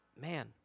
Man